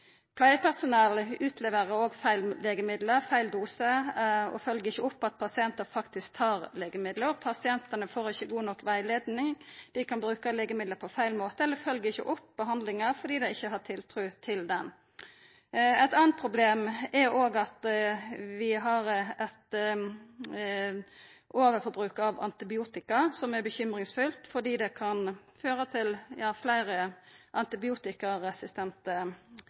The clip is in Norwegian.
Pleiepersonell utleverer òg feil legemiddel, feil dose og følgjer ikkje opp at pasientane faktisk tar legemiddelet. Pasientane får ikkje god nok rettleiing. Dei kan bruka legemidla på feil måte eller følgjer ikkje opp behandlinga fordi dei ikkje har tiltru til ho. Eit anna problem er at vi har eit overforbruk av antibiotika, som er urovekkjande, fordi det kan føra til fleire antibiotikaresistente